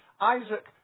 Isaac